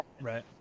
Right